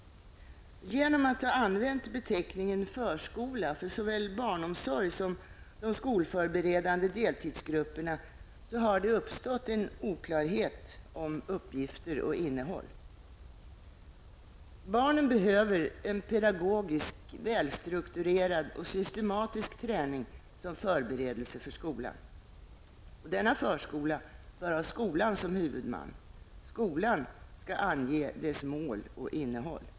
Genom att man har använt beteckningen förskola för såväl barnomsorg som de skolförberedande deltidsgrupperna har det uppstått en oklarhet om uppgifter och innehåll. Barnen behöver en pedagogisk, välstrukturerad och systematisk träning som förberedelse för skolan. Denna förskola bör ha skolan som huvudman. Skolan skall ange dess mål och innehåll.